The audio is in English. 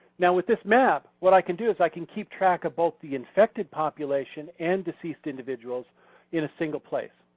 now with this map, what i can do is i can keep track of both the infected population and diseased individuals in a single place.